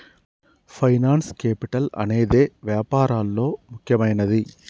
finance capital అనేదే వ్యాపారాల్లో ముఖ్యమైనది